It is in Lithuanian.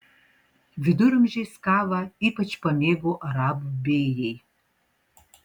viduramžiais kavą ypač pamėgo arabų bėjai